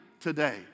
today